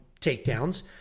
takedowns